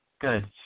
good